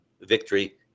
victory